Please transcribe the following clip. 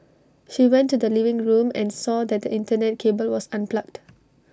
she went to the living room and saw that the Internet cable was unplugged